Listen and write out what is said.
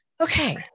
Okay